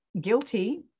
guilty